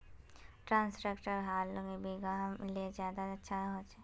कुन ट्रैक्टर से हाल बिगहा ले ज्यादा अच्छा होचए?